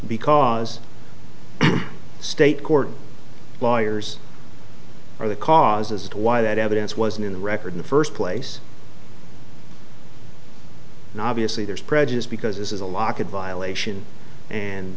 because state court lawyers are the cause as to why that evidence wasn't in the record in the first place and obviously there's prejudice because this is a locket violation and